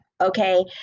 Okay